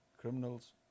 criminals